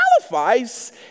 qualifies